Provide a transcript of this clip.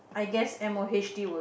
I guess M O H D will